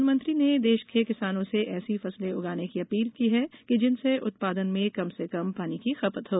प्रधानमंत्री ने देश के किसानों से ऐसी फसलें उगाने की अपील की है कि जिनसे उत्पादन में कम से कम पानी की खपत हो